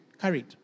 carried